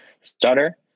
stutter